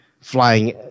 Flying